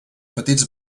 petits